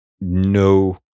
no